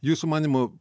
jūsų manymu